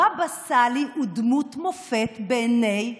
הבבא סאלי הוא דמות מופת בעיני המאמינים,